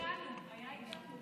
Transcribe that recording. הוא היה איתנו.